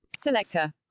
Selector